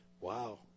wow